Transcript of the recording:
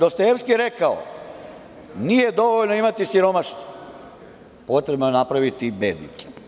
Dostojevski je rekao – nije dovoljno imati siromašne, potrebno je napraviti bednike.